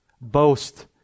boast